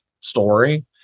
story